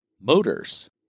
motors